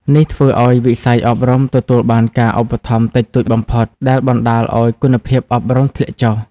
នេះធ្វើឱ្យវិស័យអប់រំទទួលបានការឧបត្ថម្ភតិចតួចបំផុត ដែលបណ្តាលឱ្យគុណភាពអប់រំធ្លាក់ចុះ។